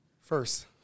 First